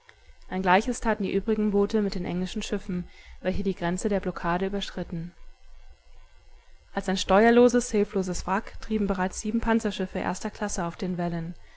ein gleiches taten die übrigen boote mit den englischen schiffen welche die grenze der blockade überschritten als ein steuerloses hilfloses wrack trieben bereits sieben panzerschiffe erster klasse auf den wellen